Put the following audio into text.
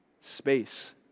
space